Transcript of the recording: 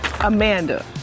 Amanda